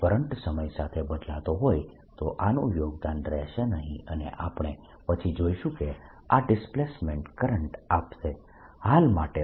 જો કરંટ સમય સાથે બદલાતો હોય તો આનું યોગદાન રહેશે નહિ અને આપણે પછી જોઈશું કે આ ડિસ્પ્લેસમેન્ટ કરંટ આપશે સંદર્ભ સમય 1936